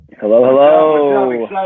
Hello